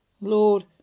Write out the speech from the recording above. Lord